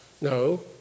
No